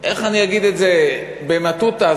איך אני אגיד את זה, במטותא?